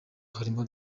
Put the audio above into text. harimo